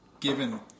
given